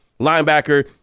linebacker